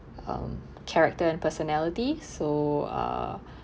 um character and personality so uh